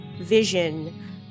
vision